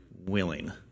willing